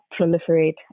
proliferate